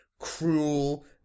cruel